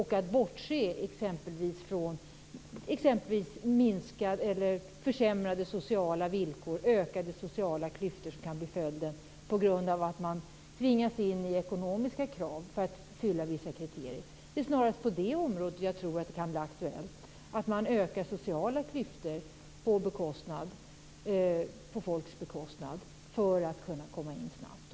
Man bortser från att följden av att man tvingas in i ekonomiska krav för att fylla vissa kriterier exempelvis kan bli försämrade sociala villkor och ökade sociala klyftor. Det är snarast på det området jag tror att det kan bli aktuellt. Man ökar sociala klyftor på folks bekostnad för att kunna komma in snabbt.